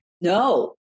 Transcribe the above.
no